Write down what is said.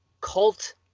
cult